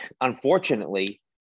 unfortunately